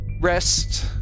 rest